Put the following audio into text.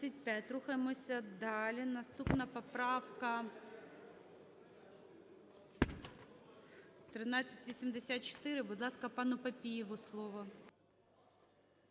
Рухаємося далі. Наступна поправка – 1384. Будь ласка, пану Папієву слово.